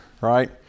right